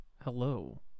Hello